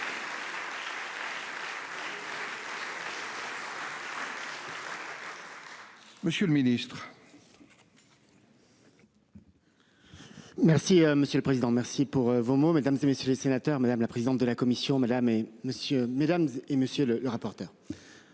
Monsieur le Ministre. Merci monsieur le président. Merci pour vos mots mesdames et messieurs les sénateurs, madame la présidente de la Commission. Mesdames et Messieurs, Mesdames,